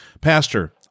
Pastor